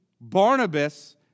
Barnabas